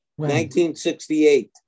1968